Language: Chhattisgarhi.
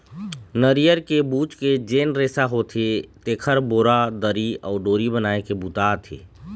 नरियर के बूच के जेन रेसा होथे तेखर बोरा, दरी अउ डोरी बनाए के बूता आथे